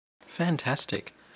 Fantastic